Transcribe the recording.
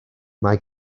mae